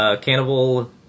cannibal